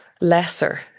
lesser